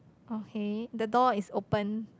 okay the door is open